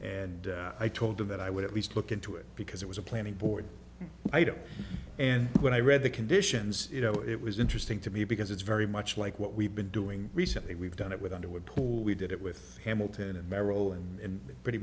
and i told him that i would at least look into it because it was a planning board item and when i read the conditions you know it was interesting to me because it's very much like what we've been doing recently we've done it with underwood pool we did it with hamilton and merrill and pretty